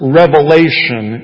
revelation